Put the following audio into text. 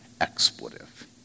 expletive